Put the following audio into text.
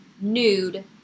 nude